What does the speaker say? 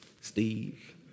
Steve